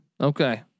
Okay